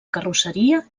carrosseria